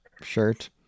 shirt